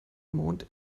mond